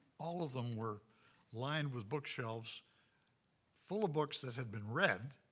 all of them were lined with bookshelves full of books that had been read.